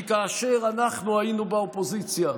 כי כאשר אנחנו היינו באופוזיציה,